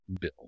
Bill